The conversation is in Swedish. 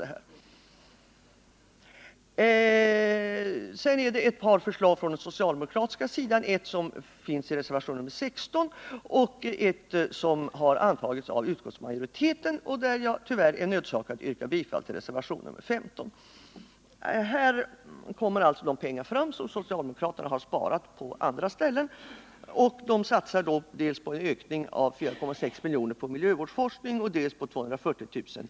Det föreligger ett par förslag från socialdemokraterna, ett i reservationen 16 och ett som har antagits av utskottsmajoriteten. Här kommer de pengar fram som socialdemokraterna har sparat på andra ställen. De satsar dels på en ökning av 4,6 milj.kr. till miljövårdsforskning, dels på en ökning av 240 000 kr.